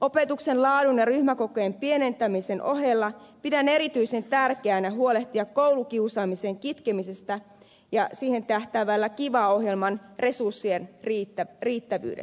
opetuksen laadun ja ryhmäkokojen pienentämisen ohella pidän erityisen tärkeänä huolehtia koulukiusaamisen kitkemisestä ja siihen tähtäävän kiva ohjelman resurssien riittävyydestä